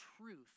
truth